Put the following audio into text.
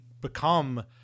become